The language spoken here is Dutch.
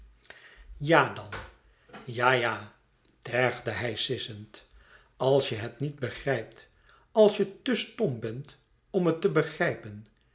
ja dan ja ja tergde hij sissend als je het niet begrijpt als je te stom bent om het te begrijpen